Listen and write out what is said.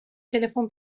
تلفن